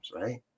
right